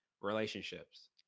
relationships